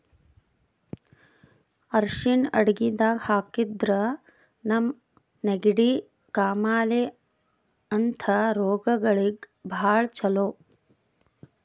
ಅರ್ಷಿಣ್ ಅಡಗಿದಾಗ್ ಹಾಕಿದ್ರಿಂದ ನಮ್ಗ್ ನೆಗಡಿ, ಕಾಮಾಲೆ ಅಂಥ ರೋಗಗಳಿಗ್ ಭಾಳ್ ಛಲೋ